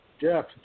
Jeff